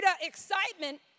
excitement